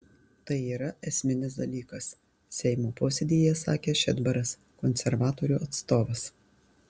tai yra esminis dalykas seimo posėdyje sakė šedbaras konservatorių atstovas